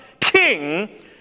king